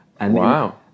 Wow